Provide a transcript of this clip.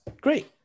Great